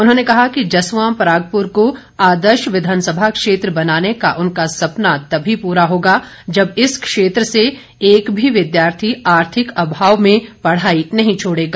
उन्होंने कहा कि जसवां परागपुर को आदर्श विधानसभा क्षेत्र बनाने का उनका सपना तभी पूरा होगा जब इस क्षेत्र से एक भी विद्यार्थी आर्थिक अभावों में पढ़ाई नहीं छोड़ेगा